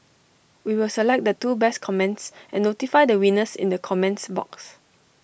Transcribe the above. we will select the two best comments and notify the winners in the comments box